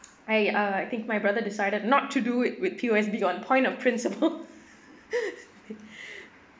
I uh I think my brother decided not to do it with P_O_S_B on point of principle